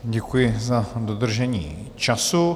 Děkuji za dodržení času.